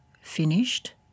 finished